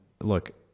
look